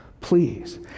please